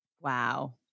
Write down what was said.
Wow